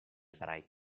ebrei